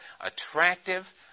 attractive